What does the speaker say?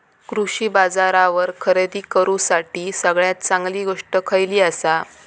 कृषी बाजारावर खरेदी करूसाठी सगळ्यात चांगली गोष्ट खैयली आसा?